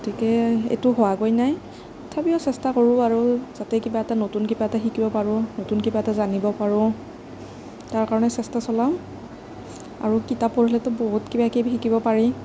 গতিকে এইটো হোৱাগৈ নাই তথাপিও চেষ্টা কৰোঁ আৰু যাতে কিবা এটা নতুন কিবা এটা শিকিব পাৰোঁ নতুন কিবা এটা জানিব পাৰোঁ তাৰ কাৰণে চেষ্টা চলাওঁ আৰু কিতাপ পঢ়িলেতো বহুত কিবা কিবি শিকিব পাৰি